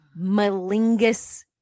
Malingus